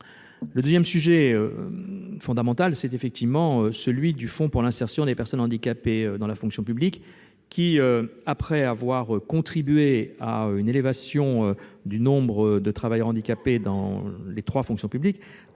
Le second sujet fondamental, c'est effectivement celui du fonds pour l'insertion des personnes handicapées dans la fonction publique. Après avoir contribué à une élévation du nombre de travailleurs handicapés dans les trois fonctions publiques,